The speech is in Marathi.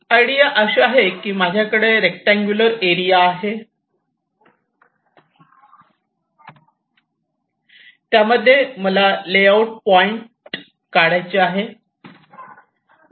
आयडिया अशी आहे की माझ्याकडे रेक्टांगुलर एरिया आहे त्यामध्ये मला लेआउट पॉईंट काढायचे आहे